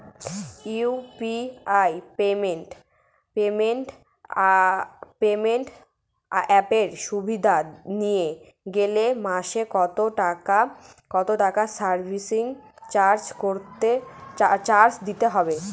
UPI payment অ্যাপের সুবিধা নিতে গেলে মাসে কত টাকা সার্ভিস চার্জ দিতে হবে?